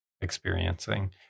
experiencing